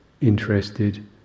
interested